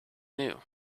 new